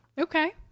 Okay